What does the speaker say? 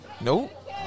Nope